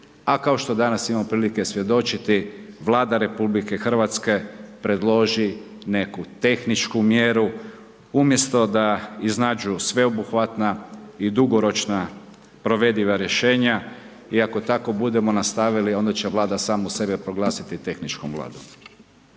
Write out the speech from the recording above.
a kao što danas imamo prilike svjedočiti Vlada RH predloži neku tehničku mjeru, umjesto da iznađu sveobuhvatna i dugoročna provediva rješenja. I ako tako budemo nastavili onda će Vlada samu sebe proglasiti tehničkom vladom.